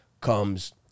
comes